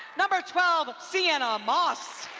number twelve, sienna moss,